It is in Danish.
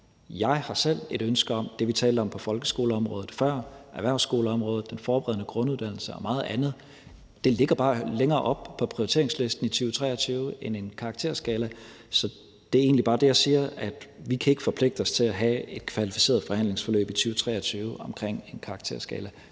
Jeg har selv et ønske om det, vi talte om på folkeskoleområdet før, erhvervsskoleområdet, den forberedende grunduddannelse og meget andet. Det ligger bare længere oppe på prioriteringslisten i 2023 end en ny karakterskala. Så det er egentlig bare det, jeg siger: Vi kan ikke forpligte os til at have et kvalificeret forhandlingsforløb i 2023 om en ny karakterskala,